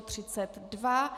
32.